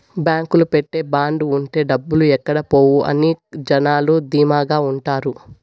బాంకులో పెట్టే బాండ్ ఉంటే డబ్బులు ఎక్కడ పోవు అని జనాలు ధీమాగా ఉంటారు